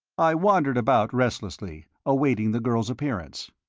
i wandered about restlessly, awaiting the girl's appearance.